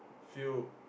fuel